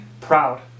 proud